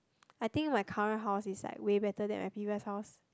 I like my current house is like way better than my previous house